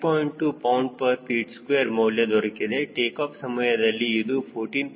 2 lbft2 ಮೌಲ್ಯ ದೊರಕಿದೆ takeoff ಸಮಯದಲ್ಲಿ ಇದು 14